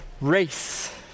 race